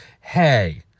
Hey